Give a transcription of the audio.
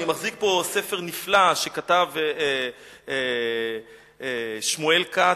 אני מחזיק פה ספר נפלא שכתב שמואל כץ.